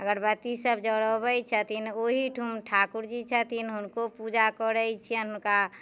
अगरबत्ती सब जरबैत छथिन ओहिठाम ठाकुर जी छथिन हुनको पूजा करैत छियैन हुनका